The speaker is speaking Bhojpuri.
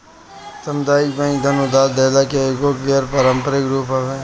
सामुदायिक बैंक धन उधार देहला के एगो गैर पारंपरिक रूप हवे